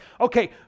okay